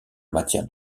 matière